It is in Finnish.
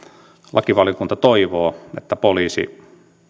lakivaliokunta toivoo että poliisi